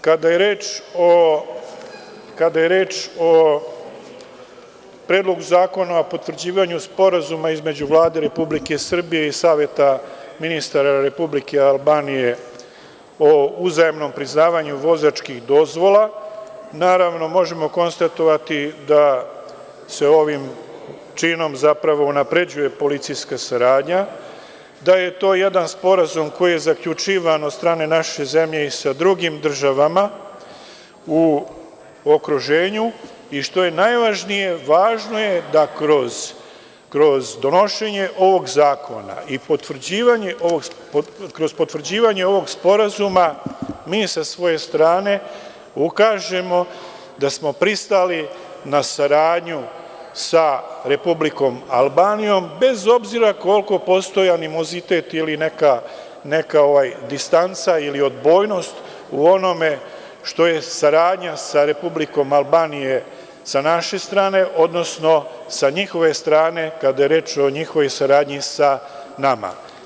Kada je reč o Predlogu zakona o potvrđivanju sporazuma između Vlade Republike Srbije i Saveta ministara Republike Albanije o uzajamnom priznavanju vozačkih dozvola, naravno, možemo konstatovati da se ovim činom zapravo unapređuje policijska saradnja, da je to jedan sporazum koji je zaključivan od strane naše zemlje i sa drugim državama u okruženju i što je najvažnije, važno je da kroz donošenje ovog zakona i kroz potvrđivanje ovog sporazuma mi sa svoje strane ukažemo da smo pristali na saradnju sa Republikom Albanijom, bez obzira koliko postojao animozitet ili neka distanca ili odbojnost u onome što je saradnja sa Republikom Albanije sa naše strane, odnosno sa njihove strane, kada je reč o njihovoj saradnji sa nama.